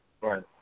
right